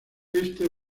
éste